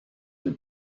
une